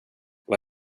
vad